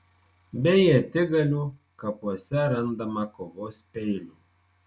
be ietigalių kapuose randama kovos peilių